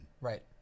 Right